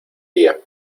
día